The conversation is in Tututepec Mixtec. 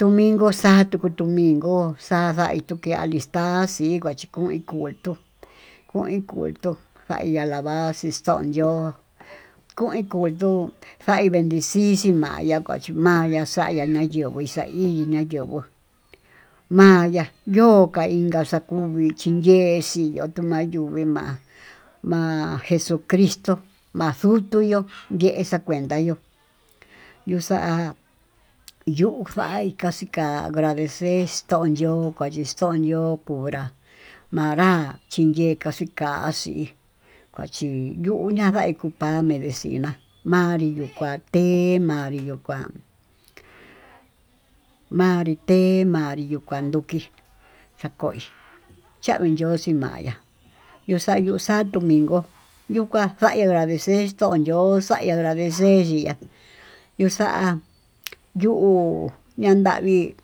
domingo sató domingo xala'í kutii alixtaxí kuatuí kuí tu'ú kuin kuu tú kaya'á kalaxí tón yo'ó kuí kuntuu, taí vetinxí mayá maña'a xaya'a mayenguix ta' ilii mayenguu maya yoká takunvixhí yexí yo'ó mayuu hí ma'á, ma'a jesucritó ma'á xutuyu ye'e xakuenta yo'ó, yuu xa'a yuu faí kaxiká ladexento yo'ó purá manrí xiyee kaxii kaxí kuachí yuu ñandaí kupa'a há edicina manrí yuu kuá, ha té manrí yuu kuá manrí té manrí yuu kuán ndukí yako'í yavii yoxe maya'á, yuu xa'a yuu xa'á domingo yuu kuá xa'a agradexextó konyo xaya'á agradeceya'á yuu xa'á yu'ú yandaví.